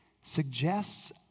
suggests